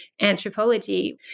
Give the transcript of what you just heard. anthropology